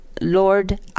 Lord